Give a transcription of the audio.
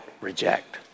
reject